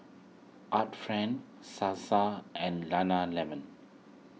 Art Friend Sasa and Nana Lemon